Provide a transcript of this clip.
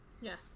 Yes